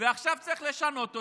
ועכשיו צריך לשנות אותו?